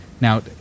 Now